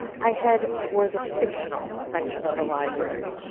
i head for the fictional section of the library.